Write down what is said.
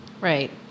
Right